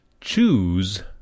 Choose